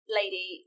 lady